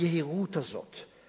היהירות הזאת,